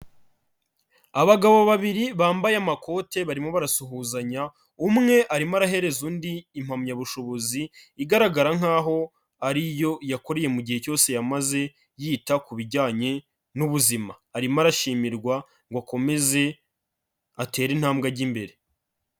Abagabo babiri bambaye amakote barimo barasuhuzanya, umwe arimo arahereza undi impamyabushobozi igaragara nkaho ari yo yakoreye mu gihe cyose yamaze yita ku bijyanye n'ubuzima. Arimo arashimirwa ngo akomeze atere intambwe ajye imbere.